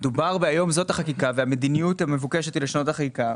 היות והמדיניות המבוקשת היא לשנות את החקיקה,